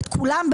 את כולם,